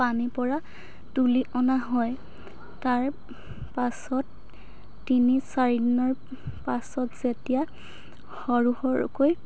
পানীৰ পৰা তুলি অনা হয় তাৰ পাছত তিনি চাৰি দিনৰ পাছত যেতিয়া সৰু সৰুকৈ